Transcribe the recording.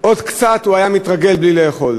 עוד קצת הוא היה מתרגל בלי לאכול.